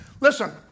Listen